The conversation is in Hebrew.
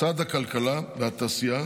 משרד הכלכלה והתעשייה